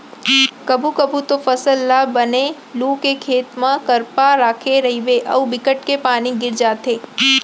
कभू कभू तो फसल ल बने लू के खेत म करपा राखे रहिबे अउ बिकट के पानी गिर जाथे